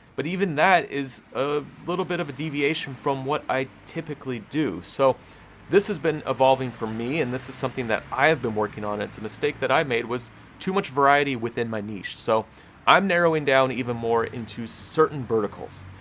but even that is a little bit of a deviation from what i typically do, so this has been evolving for me, and this is something that i have been working on, it's a mistake that i made, was too much variety within my niche. so i'm narrowing down even more into certain verticals.